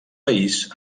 país